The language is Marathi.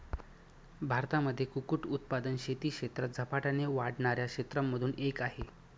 भारतामध्ये कुक्कुट उत्पादन शेती क्षेत्रात झपाट्याने वाढणाऱ्या क्षेत्रांमधून एक आहे